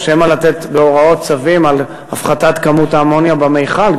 או שמא לתת בהוראות צווים על הפחתת כמות האמוניה במכל?